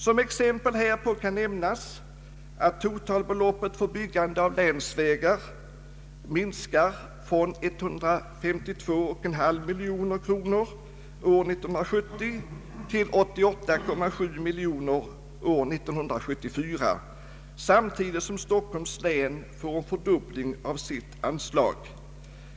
Som exempel härpå kan nämnas att totalbeloppet för byggande av länsvägar minskar från 152,5 miljoner kronor år 1970 till 88,7 miljoner kronor år 1974 samtidigt som Stockholms län får en fördubbling av sitt anslag.